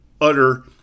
utter